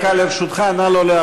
אחריו, חברת הכנסת תמר זנדברג.